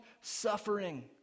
suffering